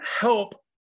help